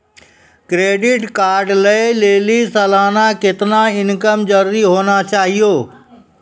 Credit card लय लेली सालाना कितना इनकम जरूरी होना चहियों?